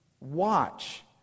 watch